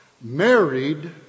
Married